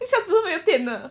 一下子就没有电了